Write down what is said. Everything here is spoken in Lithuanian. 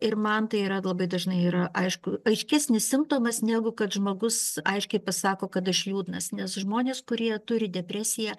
ir man tai yra labai dažnai yra aišku aiškesnis simptomas negu kad žmogus aiškiai pasako kad aš liūdnas nes žmonės kurie turi depresiją